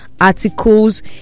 articles